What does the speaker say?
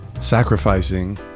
sacrificing